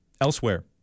Elsewhere